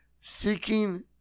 seeking